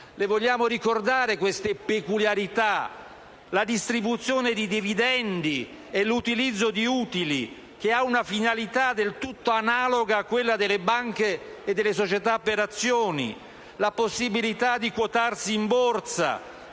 Voglio ricordare queste peculiarità: la distribuzione di dividendi e l'utilizzo di utili, che ha una finalità del tutto analoga a quella delle banche e delle società per azioni; la possibilità di quotarsi in Borsa,